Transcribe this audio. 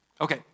Okay